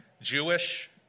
Jewish